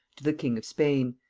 to the king of spain,